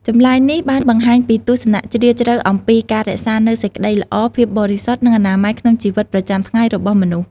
ចម្លើយនេះបានបង្ហាញពីទស្សនៈជ្រាលជ្រៅអំពីការរក្សានូវសេចក្តីល្អ ភាពបរិសុទ្ធ និងអនាម័យក្នុងជីវិតប្រចាំថ្ងៃរបស់មនុស្ស។